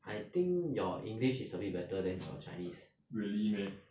I think your english is a bit better than your chinese